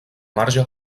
marge